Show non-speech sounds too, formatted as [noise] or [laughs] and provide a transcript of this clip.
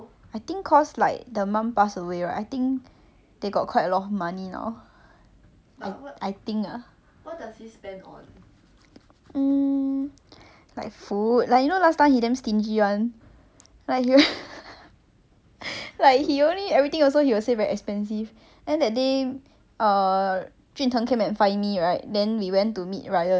mm like food like you know last time he damn stingy [one] like he will [laughs] like he only everything also you will say very expensive then that day err jun tng come and find me right then we went to meet ryan and she eat the don't know what hamburg steak thing twenty six dollars eh it's so it's so unlike of him you know it's like